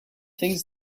things